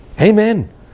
Amen